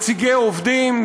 נציגי עובדים,